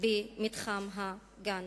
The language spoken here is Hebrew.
במתחם הגנים